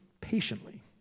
patiently